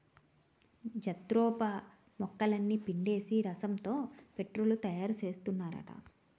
jatropha మొక్కలని పిండేసి రసంతో పెట్రోలు తయారుసేత్తన్నారట